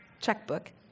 checkbook